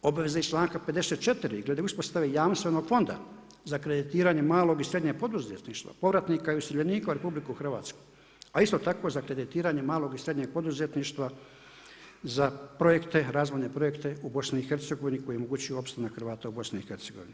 Obveze iz čl. 54. glede uspostave jamstvenog fonda za kreditiranje malo i srednje poduzetništvo, povratnika i useljenika u RH, a isto tako i za kreditiranje malog i srednjeg poduzetništva za projekte u BIH koji omogućuju opstanak Hrvata u BIH.